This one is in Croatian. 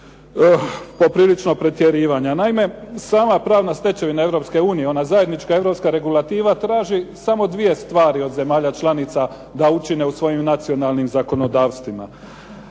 poprilično pretjerivanja. Naime, sama pravna stečevina Europske unije, ona zajednička europska regulativa traži samo dvije stvari od zemalja članica da učine u svojim nacionalnim zakonodavstvima.